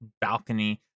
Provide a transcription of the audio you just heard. balcony